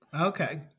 Okay